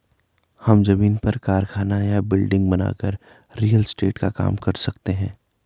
हम जमीन पर कारखाना या बिल्डिंग बनाकर रियल एस्टेट का काम कर सकते है